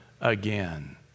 again